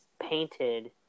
painted